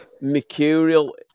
mercurial